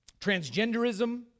transgenderism